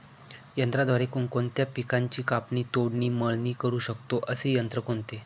यंत्राद्वारे कोणकोणत्या पिकांची कापणी, तोडणी, मळणी करु शकतो, असे यंत्र कोणते?